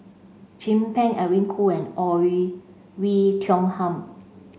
Chin Peng Edwin Koo and Oei Tiong Ham